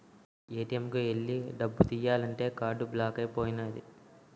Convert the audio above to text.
ATM కు ఎల్లి డబ్బు తియ్యాలంతే కార్డు బ్లాక్ అయిపోనాది